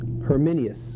Herminius